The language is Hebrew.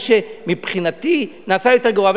זה מה שמבחינתי נעשה יותר גרוע.